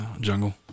Jungle